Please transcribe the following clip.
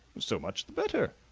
so much the better,